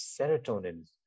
serotonin